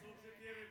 אסור שתהיה רביעייה.